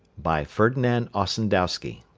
by ferdinand ossendowski